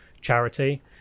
charity